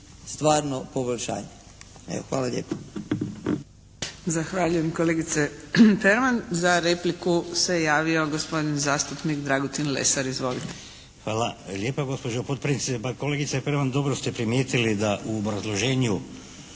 stvarno poboljšanje. Evo, hvala lijepo.